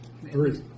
Three